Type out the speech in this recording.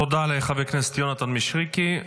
תודה לחבר הכנסת יונתן מישרקי.